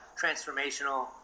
transformational